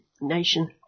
nation